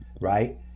right